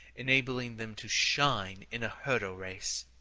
enabling them to shine in a hurdle race.